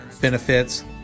benefits